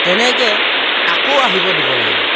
তেনেকৈ আকৌ আহিব দিব লাগিব